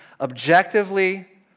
objectively